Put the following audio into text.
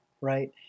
right